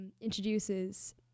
introduces